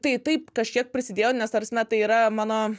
tai taip kažkiek prisidėjo nes ta prasme tai yra mano